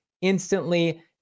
instantly